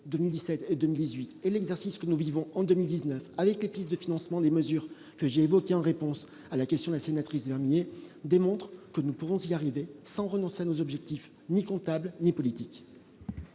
2017, 2018 et l'exercice que nous vivons en 2019 avec pistes de financement des mesures que j'ai évoquais en réponse à la question de la sénatrice dernier démontre que nous pourrons s'y arriver sans renoncer à nos objectifs, ni comptable ni politique.